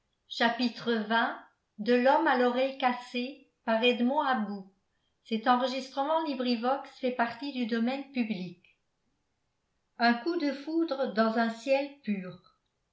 de l'amour xx un coup de foudre dans un ciel pur